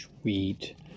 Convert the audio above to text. Sweet